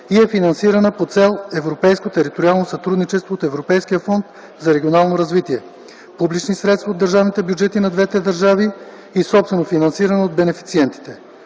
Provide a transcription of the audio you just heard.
и е финансирана по Цел „Европейско териториално сътрудничество” от Европейския фонд за регионално развитие, публични средства от държавните бюджети на двете държави и собствено съфинансиране от бенефициентите.